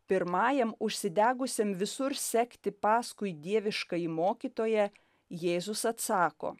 pirmajam užsidegusiam visur sekti paskui dieviškąjį mokytoją jėzus atsako